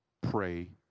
pray